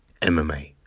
MMA